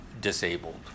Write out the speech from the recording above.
disabled